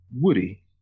Woody